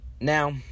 Now